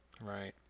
Right